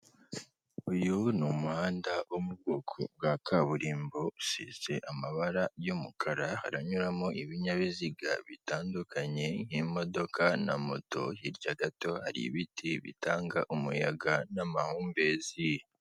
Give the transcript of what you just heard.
Uyu umuhanda wo mu bwoko bwa kaburimbo usize amabara y'umukara, aranyuramo ibinyabiziga bitandukanye nk'imodoka na moto, hirya gato hari ibiti bitanga umuyaga n'amahumbezi.